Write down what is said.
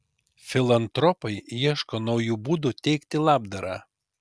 filantropai ieško naujų būdų teikti labdarą